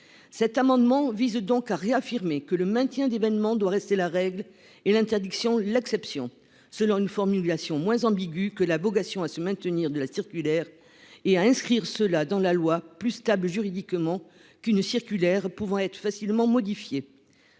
32 rectifié vise donc à réaffirmer que le maintien d'événements doit rester la règle et l'interdiction l'exception. C'est une formulation moins ambiguë que la « vocation à se maintenir » de la circulaire ... Il s'agit en outre d'inscrire ce principe dans la loi, plus stable juridiquement qu'une circulaire qui peut être facilement modifiée.